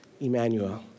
Emmanuel